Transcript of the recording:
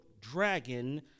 dragon